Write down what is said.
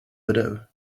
widow